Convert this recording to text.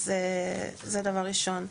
אז זה דבר ראשון.